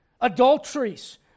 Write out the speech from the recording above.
adulteries